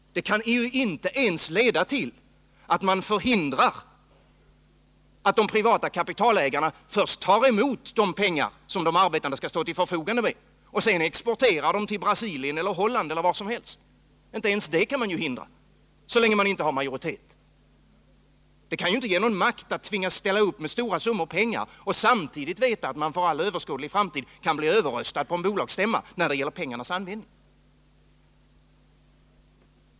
Det kan inte ens leda till att man förhindrar att de privata kapitalägarna först tar hem de pengar som de arbetande skall stå till förfogande med och sedan exporterar pengarna till Brasilien, Holland eller vart som helst. Inte ens det kan man hindra så länge arbetarna inte har majoritet. Det kan inte ge någon makt att tvingas ställa upp med stora summor pengar och samtidigt veta att man för all överskådlig framtid kan bli överröstad på en bolagsstämma när det gäller pengarnas användning.